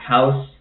House